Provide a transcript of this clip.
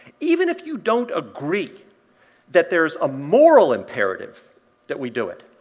even if you don't agree that there's a moral imperative that we do it,